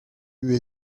eût